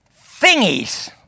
thingies